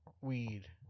weed